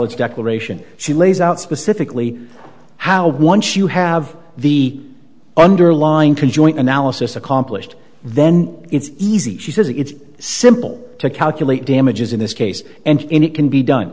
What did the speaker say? it's declaration she lays out specifically how once you have the underlying to join analysis accomplished then it's easy she says it's simple to calculate damages in this case and it can be done